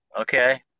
Okay